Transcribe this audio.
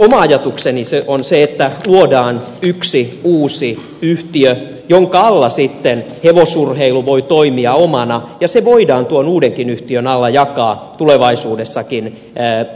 oma ajatukseni on se että luodaan yksi uusi yhtiö jonka alla sitten hevosurheilu voi toimia omanaan ja sen tuotto voidaan tuon uudenkin yhtiön alla jakaa tulevaisuudessakin